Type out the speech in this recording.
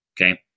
Okay